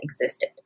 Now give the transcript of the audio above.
existed